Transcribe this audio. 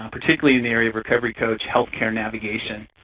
um particularly in the area of recovery coach healthcare navigations.